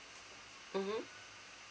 mmhmm